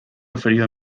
preferido